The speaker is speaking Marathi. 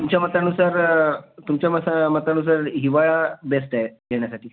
तुमच्या मतानुसार तुमच्या मसा मतानुसार हिवाळा बेस्ट आहे येण्यासाठी